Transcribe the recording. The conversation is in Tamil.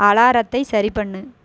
அலாரத்தை சரி பண்ணு